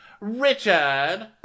Richard